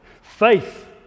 Faith